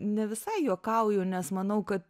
ne visai juokauju nes manau kad